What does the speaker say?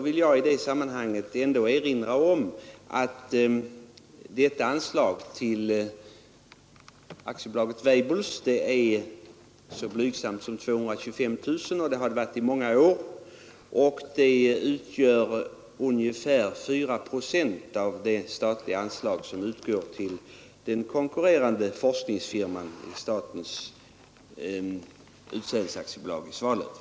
I det sammanhanget vill jag erinra om att anslaget till Weibullsholm är så blygsamt som 225 000 kronor, och det har det varit i många år. Det utgör ungefär 4 procent av det anslag som utgår till det konkurrerande forskningsföretaget, det statliga utsädesbolaget i Svalöv.